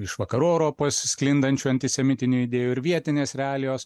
iš vakarų europos sklindančių antisemitinių idėjų ir vietinės realijos